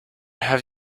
have